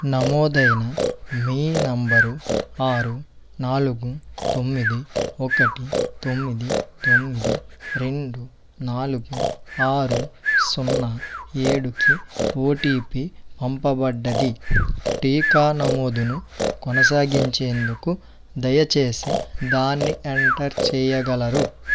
నమోదైన మీ నెంబరు ఆరు నాలుగు తొమ్మిది ఒకటి తొమ్మిది తొమ్మిది రెండు నాలుగు ఆరు సున్నా ఏడుకి ఓటిపి పంపబడింది టీకా నమోదును కొనసాగించేందుకు దయచేసి దాన్ని ఎంటర్ చేయగలరు